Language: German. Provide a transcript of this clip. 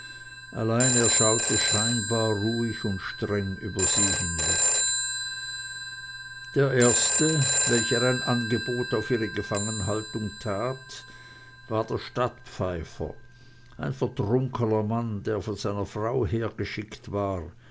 allein er schaute scheinbar ruhig und streng über sie hinweg der erste welcher ein angebot auf ihre gefangenhaltung tat war der stadtpfeifer ein vertrunkener mann der von seiner frau hergeschickt war